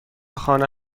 خانه